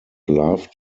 loved